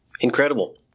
Incredible